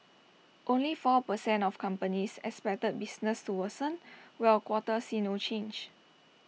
only four per cent of companies expected business to worsen while A quarter see no change